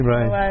Right